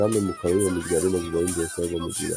שם ממוקמים המגדלים הגבוהים ביותר במדינה.